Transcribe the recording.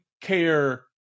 care